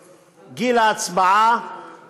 הדבר הזה הוא מבורך.